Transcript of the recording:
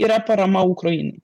yra parama ukrainai